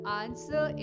answer